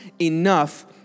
enough